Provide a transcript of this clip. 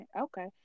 Okay